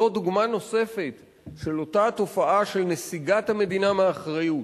זאת דוגמה נוספת לאותה תופעה של נסיגת המדינה מאחריות,